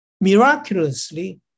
Miraculously